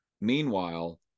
meanwhile